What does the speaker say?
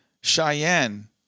Cheyenne